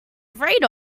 afraid